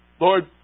Lord